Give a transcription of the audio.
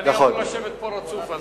ואני אמור לשבת פה רצוף.